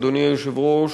אדוני היושב-ראש,